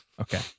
Okay